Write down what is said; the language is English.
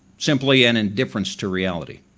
simply an indifference to reality.